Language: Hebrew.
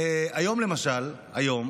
היום, למשל, היום